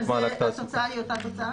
אבל התוצאה היא אותה תוצאה?